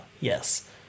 Yes